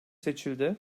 seçildi